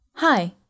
Hi